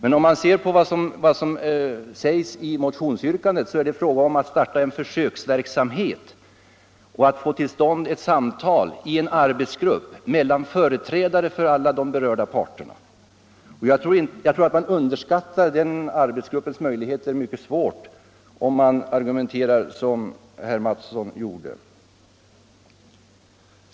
Men i motionsyrkandet är det fråga om att starta en försöksverksamhet och få till stånd samtal i en arbetsgrupp mellan företrädare för alla de berörda parterna. Man underskattar säkerligen den arbetsgruppens möjligheter om man argumenterar så som herr Mattsson gör.